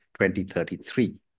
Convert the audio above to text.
2033